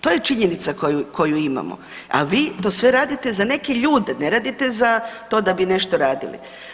To je činjenica koju imamo, a vi to sve radite za neke ljude, ne radite za to da bi nešto radili.